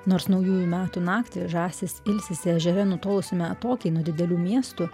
nors naujųjų metų naktį žąsys ilsisi ežere nutolusiame atokiai nuo didelių miestų